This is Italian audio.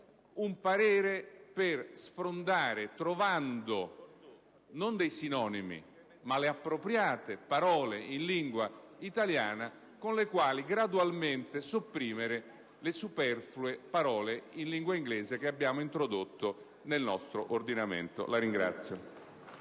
un parere per sfrondare, trovando non dei sinonimi ma le appropriate parole in lingua italiana con le quali gradualmente sopprimere le superflue parole in lingua inglese che abbiamo introdotto nel nostro ordinamento. *(Applausi